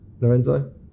Lorenzo